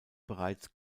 bereits